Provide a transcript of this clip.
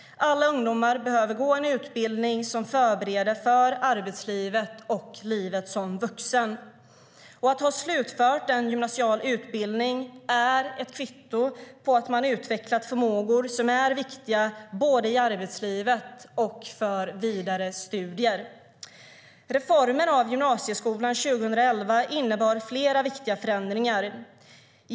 Alla ungdomar behöver gå en utbildning som förbereder dem för arbetslivet och för livet som vuxen. Att ha slutfört en gymnasial utbildning är ett kvitto på att man har utvecklat förmågor som är viktiga både i arbetslivet och för vidare studier. Reformen av gymnasieskolan 2011 innebar flera viktiga förändringar.